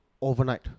overnight